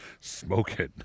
smoking